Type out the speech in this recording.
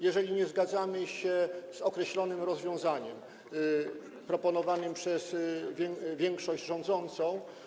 Jeżeli nie zgadzamy się z określonym rozwiązaniem, proponowanym przez większość rządzącą.